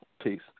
peace